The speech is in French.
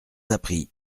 appris